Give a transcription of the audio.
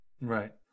Right